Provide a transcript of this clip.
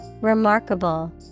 Remarkable